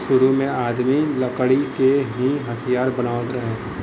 सुरु में आदमी लकड़ी के ही हथियार बनावत रहे